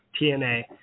TNA